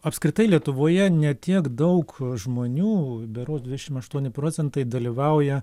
apskritai lietuvoje ne tiek daug žmonių berods dvidešimt aštuoni procentai dalyvauja